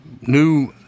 new